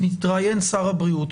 מתראיין שר הבריאות,